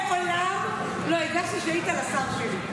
מעולם לא הגשתי שאילתה לשר שלי.